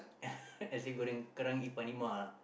nasi-goreng-kerang Ipan-Imah lah